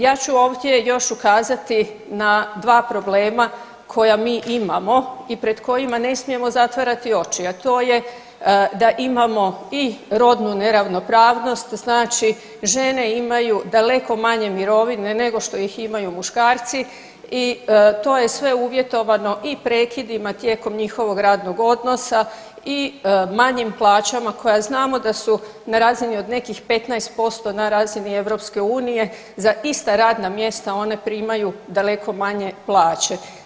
Ja ću ovdje još ukazati na dva problema koja mi imamo i pred kojima ne smijemo zatvarati oči, a to je da imamo i rodnu neravnopravnost znači žene imaju daleko manje mirovine nego što ih imaju muškarci i to je sve uvjetovano i prekidima tijekom njihovog radnog odnosa i manjim plaćama koja znamo da su na razini od nekih 15% na razini EU, za ista radna mjesta one primaju daleko manje plaće.